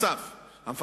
נוסף על כך,